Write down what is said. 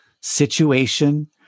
situation